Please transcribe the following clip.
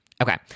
Okay